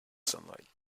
sunlight